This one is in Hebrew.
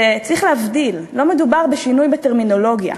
צריך להבדיל: לא מדובר בשינוי בטרמינולוגיה,